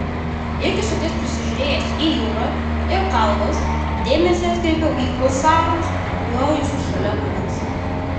iki soties prisižiūrėjęs į jūrą ir kalvas dėmesį atkreipiau į husarus jojusius šalia manęs